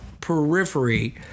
periphery